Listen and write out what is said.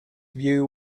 view